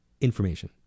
information